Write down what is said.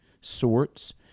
sorts